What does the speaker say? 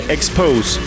Expose